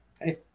hey